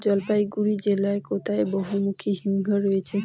জলপাইগুড়ি জেলায় কোথায় বহুমুখী হিমঘর রয়েছে?